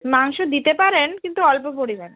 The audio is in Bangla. মাংস দিতে পারেন কিন্তু অল্প পরিমাণ